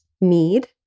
need